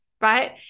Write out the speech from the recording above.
right